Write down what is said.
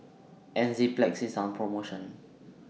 Enzyplex IS on promotion